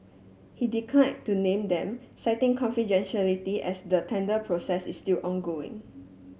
he decline to name them citing confidentiality as the tender process is still ongoing